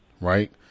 right